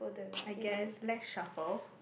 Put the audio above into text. I guess lets shuffle